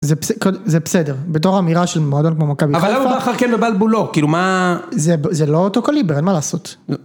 זה בסדר, בתור אמירה של מועדון כמו מכבי חיפה. אבל למה הוא מחכה ובלבו לא, כאילו מה... זה לא אותו קוליבר, אין מה לעשות.